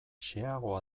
xeheago